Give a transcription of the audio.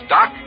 Doc